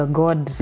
god